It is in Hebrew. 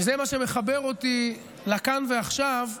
וזה מה שמחבר אותי לכאן ועכשיו,